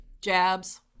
jabs